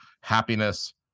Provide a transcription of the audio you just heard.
happiness